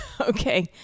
Okay